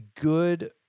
good